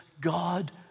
God